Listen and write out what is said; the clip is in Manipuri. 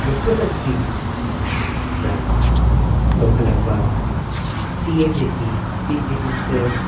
ꯃꯨꯈꯃꯟꯇ꯭ꯔꯤꯅ ꯂꯧꯈꯜꯂꯛꯄ ꯁꯤ M A T chief minister